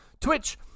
Twitch